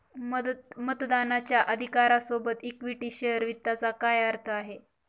मतदानाच्या अधिकारा सोबत इक्विटी शेअर वित्ताचा काय अर्थ आहे?